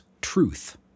truth